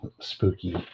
spooky